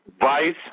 vice